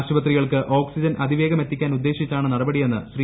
ആശുപത്രികൾക്ക് ഓക്സിജൻ അതിവേഗം എത്തിക്കാൻ ഉദ്ദേശിച്ചാണ് ് ന്റട്പടിയെന്ന് ശ്രീ